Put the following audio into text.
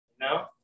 No